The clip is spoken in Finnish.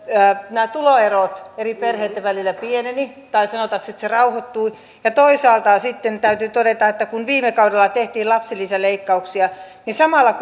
tuloerot eri perheitten välillä pienenivät tai sanotaanko että ne rauhoittuivat ja toisaalta sitten täytyy todeta että kun viime kaudella tehtiin lapsilisäleikkauksia niin samalla